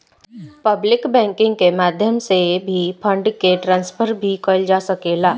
public banking के माध्यम से भी फंड के ट्रांसफर भी कईल जा सकेला